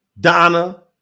Donna